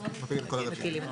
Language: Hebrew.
אז דוחים את כל הרביזיות.